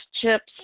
chips